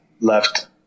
left